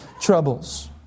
troubles